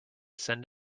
send